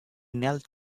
knelt